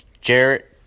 Jarrett